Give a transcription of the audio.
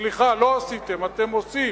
סליחה, לא עשיתם, אתם עושים,